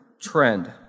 trend